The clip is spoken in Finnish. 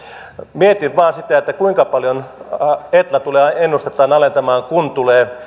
mietin vain sitä kuinka etla tulee ennustettaan alentamaan kun tulee